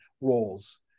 roles